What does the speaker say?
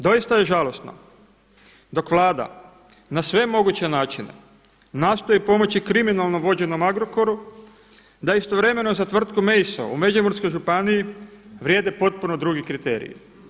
Doista je žalosno dok Vlada na sve moguće načine nastoji pomoći kriminalno vođenom Agrokoru, da istovremeno za tvrtku MEISO u Međimurskoj županiji vrijede potpuno drugi kriteriji.